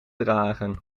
dragen